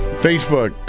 Facebook